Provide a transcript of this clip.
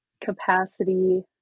capacity